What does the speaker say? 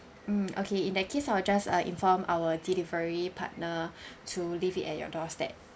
mm okay in that case I'll just uh inform our delivery partner to leave it at your doorstep